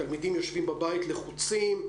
תלמידים יושבים בבית לחוצים,